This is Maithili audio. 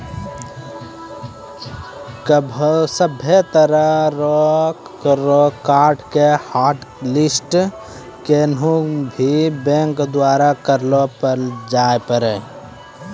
सभ्भे तरह रो कार्ड के हाटलिस्ट केखनू भी बैंक द्वारा करलो जाबै पारै